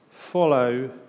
Follow